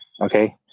okay